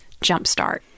Jumpstart